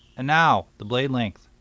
and now the blade length.